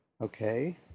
okay